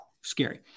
scary